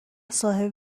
صاحب